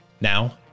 Now